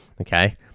Okay